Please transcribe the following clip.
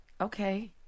okay